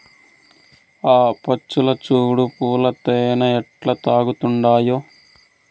ఆ పచ్చులు చూడు పూల తేనె ఎట్టా తాగతండాయో